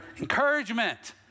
encouragement